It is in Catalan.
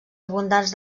abundants